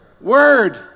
word